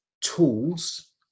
tools